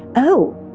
oh,